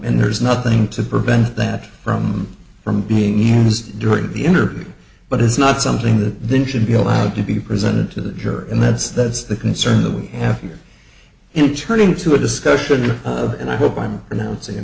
and there's nothing to prevent that from from being used during the interview but it's not something that then should be allowed to be presented to the jury and that's that's the concern that we have here in turning to a discussion and i hope i'm pronouncing it